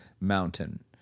mountain